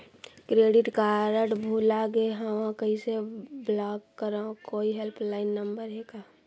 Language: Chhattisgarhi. क्रेडिट कारड भुला गे हववं कइसे ब्लाक करव? कोई हेल्पलाइन नंबर हे का?